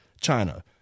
china